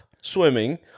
swimming